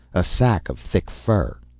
a sack of thick fur.